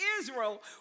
Israel